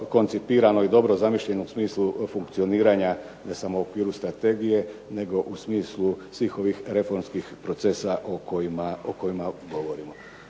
koncipirano i dobro zamišljeno u smislu funkcioniranja, ne samo u okviru strategije nego u smislu svih ovih reformskih procesa o kojima govorimo.